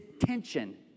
tension